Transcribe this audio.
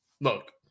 look